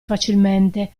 facilmente